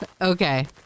Okay